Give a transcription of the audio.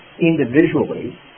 individually